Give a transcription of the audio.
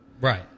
Right